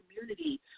community